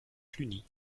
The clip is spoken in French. cluny